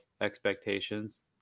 expectations